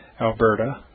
Alberta